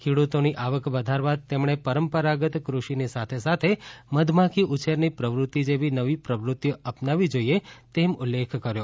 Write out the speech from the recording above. ખેડૂતોની આવક વધારવા તેમણે પરંપરાગત કૃષિની સાથે સાથે મધમાખી ઉછેરની પ્રવૃત્તિ જેવી નવી પ્રવૃત્તિઓ અપનાવી જોઈએ તેમ ઉલ્લેખ કર્યો